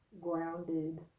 grounded